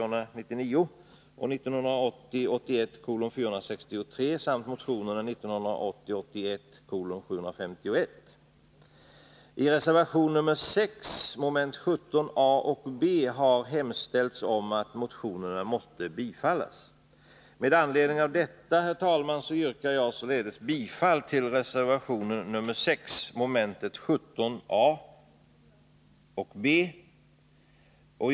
Herr talman! Jag yrkar således bifall till reservation 6, mom. 17 a och c.